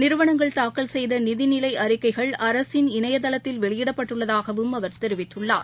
நிறுவனங்கள் தாக்கல் செய்த நிதிநிலை அறிக்கைகள் இணையதளத்தில் அரசின் வெளியிடப்பட்டுள்ளதாகவும் அவர் தெரிவித்துள்ளார்